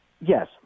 Yes